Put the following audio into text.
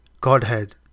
Godhead